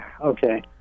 okay